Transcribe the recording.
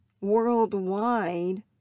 worldwide